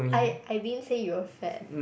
I I didn't say you were fat